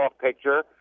picture